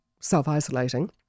self-isolating